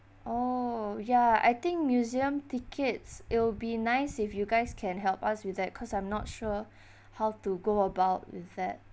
oh ya I think museum tickets it'll be nice if you guys can help us with that cause I'm not sure how to go about with that